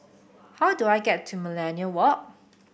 how do I get to Millenia Walk